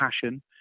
passion